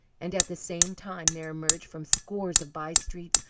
and at the same time there emerged from scores of by-streets,